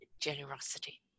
generosity